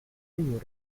urine